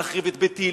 להחריב את ביתי,